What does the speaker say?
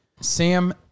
Sam